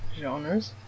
genres